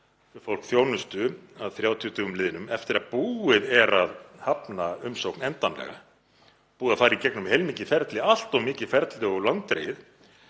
svipta fólk þjónustu að 30 dögum liðnum, eftir að búið er að hafna umsókn endanlega, búið að fara í gegnum heilmikið ferli, allt of mikið ferli og langdregið,